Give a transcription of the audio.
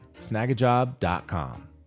snagajob.com